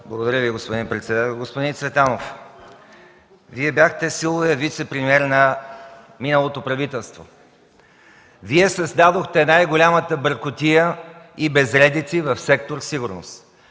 Благодаря Ви, господин председател. Господин Цветанов, Вие бяхте силовият вицепремиер на миналото правителство. Вие създадохте най-голямата бъркотия и безредици в сектор „Сигурност”.